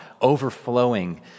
overflowing